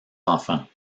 enfants